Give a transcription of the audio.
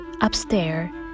upstairs